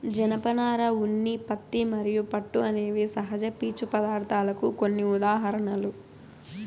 జనపనార, ఉన్ని, పత్తి మరియు పట్టు అనేవి సహజ పీచు పదార్ధాలకు కొన్ని ఉదాహరణలు